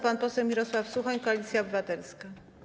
Pan poseł Mirosław Suchoń, Koalicja Obywatelska.